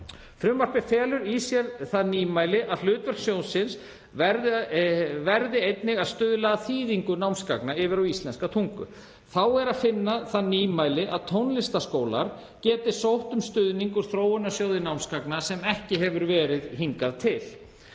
Frumvarpið felur í sér það nýmæli að hlutverk sjóðsins verði einnig að stuðla að þýðingu námsgagna yfir á íslenska tungu. Þá er að finna það nýmæli að tónlistarskólar geti sótt um stuðning úr þróunarsjóði námsgagna, sem ekki hefur verið hingað til.